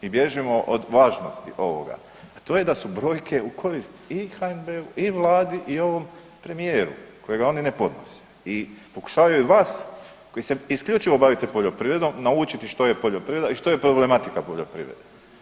Mi bježimo od važnosti ovoga, a to je da su brojke u korist i HNB-u i Vladi i ovom premijeru kojega oni ne podnose i pokušavaju vas koji se isključivo bavite poljoprivredom naučiti što je poljoprivreda i što je problematika poljoprivrede.